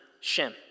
Shem